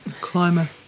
Climber